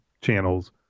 channels